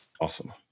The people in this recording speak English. Awesome